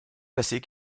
classée